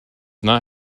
not